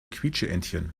quietscheentchen